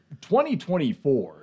2024